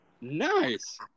Nice